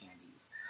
candies